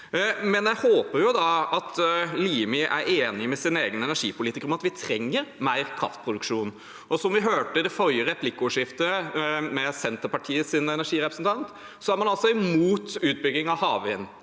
Jeg håper at Limi er enig med sin egen energipolitiker i at vi trenger mer kraftproduksjon. Som vi hørte i det forrige replikkordskiftet, med Senterpartiets energirepresentant, er man altså imot utbygging av havvind.